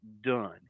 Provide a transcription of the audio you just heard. done